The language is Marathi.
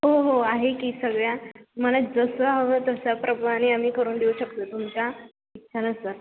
हो हो आहे की सगळ्या तुम्हाला जसं हवं तशा प्रमाणे आम्ही करून देऊ शकतो तुमच्या इच्छानुसार